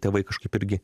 tėvai kažkaip irgi